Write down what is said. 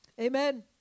Amen